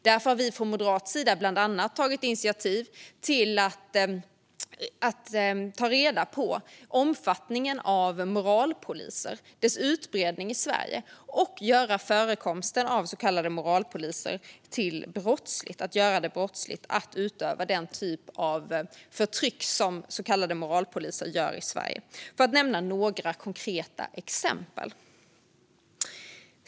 Därför har vi från moderat sida bland annat tagit initiativ till att man ska ta reda på omfattningen av moralpoliser i Sverige och göra det brottsligt att utöva den typ av förtryck som så kallade moralpoliser gör i Sverige - för att nämna ett par konkreta exempel.